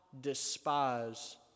despise